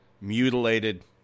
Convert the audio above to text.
mutilated